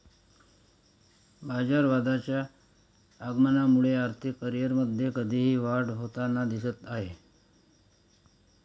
बाजारवादाच्या आगमनामुळे आर्थिक करिअरमध्ये कधीही वाढ होताना दिसत आहे